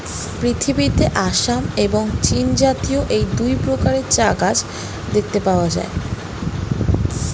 পৃথিবীতে আসাম এবং চীনজাতীয় এই দুই প্রকারের চা গাছ দেখতে পাওয়া যায়